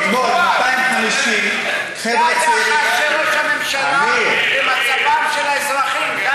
זה היחס של ראש הממשלה למצבם של האזרחים.